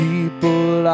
People